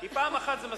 כי פעם אחת זה מספיק.